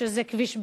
כשזה כביש ירידה,